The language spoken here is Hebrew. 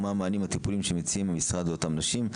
ומה המענים הטיפוליים שמציעים במשרד לאותם נשים,